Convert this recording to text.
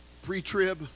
pre-trib